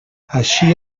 així